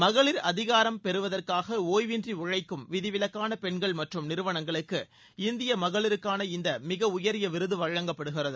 மகளிர் அதிகாரம் அளித்தலுக்காக ஓய்வின்றி உழழக்கும் விதிவிலக்கான பெண்கள் மற்றும் நிறுவனங்களுக்கு இந்திய மகளிருக்கான இந்த மிக உயரிய விருது வழங்கப்படுகிறது